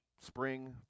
spring